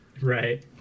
Right